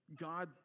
God